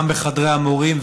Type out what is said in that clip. גם בחדרי המורים,